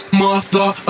mother